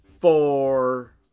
four